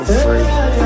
free